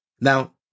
Now